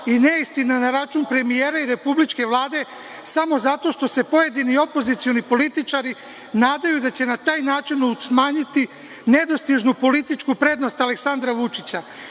i neistine na račun premijera i republičke Vlade, samo zato što se pojedini opozicioni političari nadaju da će na taj način smanjiti nedostižnu političku prednost Aleksandra Vučića.